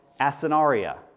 *Asinaria*